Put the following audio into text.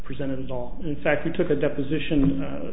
presented at all in fact we took a deposition